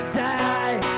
die